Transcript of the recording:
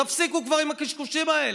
תפסיקו כבר עם הקשקושים האלה.